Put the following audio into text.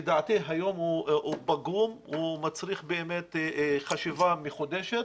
לדעתי, היום הוא פגום, הוא מצריך חשיבה מחודשת.